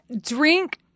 drink